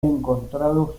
encontrado